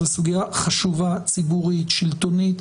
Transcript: זו סוגיה חשובה ציבורית, שלטונית.